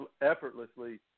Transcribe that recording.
effortlessly